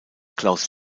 klaus